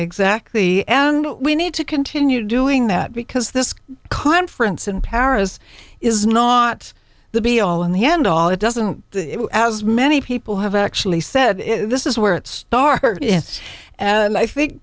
exactly and we need to continue doing that because this conference in paris is not the be all in the end all it doesn't as many people have actually said this is where it started and i think